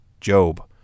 Job